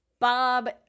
Bob